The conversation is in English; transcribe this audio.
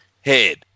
head